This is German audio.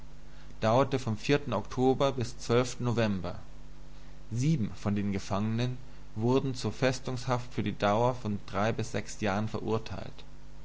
dauerte vom oktober bis november sieben von den gefangenen wurden zu festungshaft für die dauer von drei bis sechs jahren verurteilt